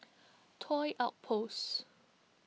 Toy Outpost